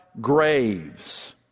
graves